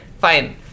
Fine